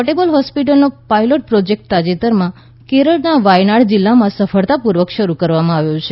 portable હોસ્પિટલનો pilot project તાજેતરમાં કેરળના વાયનાડ જિલ્લામાં સફળતાપૂર્વક શરૂ કરવામાં આવ્યો છે